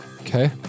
Okay